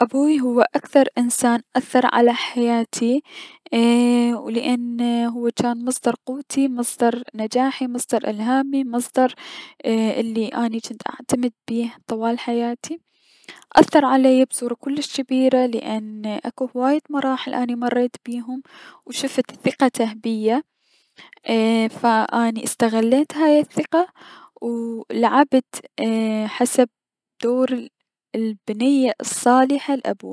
ابوي هو اكثر انسان اثر على حياتي اييلأن هو جان مصدر قوتي مصدر نجاحي مصدر الهامي المصدر الي اني جنت اعتمد بيه طوال حياتي اثر عليا بصورة كلش جبيرة لأن اكو هواية مراحل اني مريت بيهم و شفت ثقته بيا فاني استغليت هاي الثقة لعبت حسب دور البنية الصالحة لأبوها.